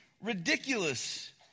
ridiculous